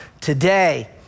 today